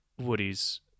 Woody's